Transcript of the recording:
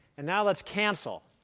and now let's cancel.